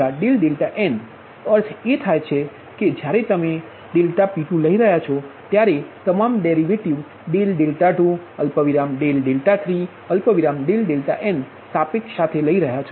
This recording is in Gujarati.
P2np અર્થ એ થાય કે જ્યારે તમે લઇ ∆P2લઈ રહ્યા છો ત્યારે તમામ ડેરિવેટિવ 2 3 n સાપેક્ષ સાથે લઇ રહ્યા છો